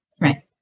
right